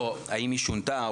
לא, האם היא שונתה?